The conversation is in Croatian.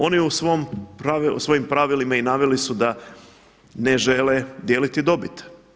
Oni u svojim pravilima i naveli su da ne žele dijeliti dobit.